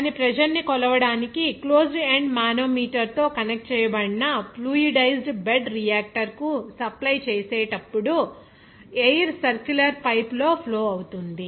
దాని ప్రెజర్ ని కొలవడానికి క్లోజ్డ్ ఎండ్ మానోమీటర్తో కనెక్ట్ చేయబడిన ఫ్లూయిడైజ్డ్ బెడ్ రియాక్టర్ కు సప్లై చేసేటప్పుడు ఎయిర్ సర్క్యులర్ పైపులో ఫ్లో అవుతుంది